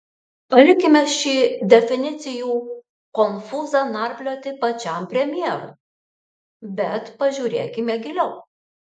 palikime šį definicijų konfūzą narplioti pačiam premjerui bet pažiūrėkime giliau